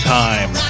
time